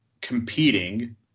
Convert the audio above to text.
competing